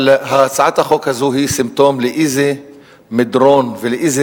אבל הצעת החוק הזו היא סימפטום לאיזה מדרון ולאיזה